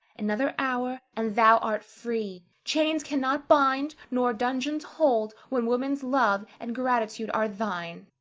another hour, and thou art free. chains cannot bind, nor dungeons hold when woman's love and gratitude are thine.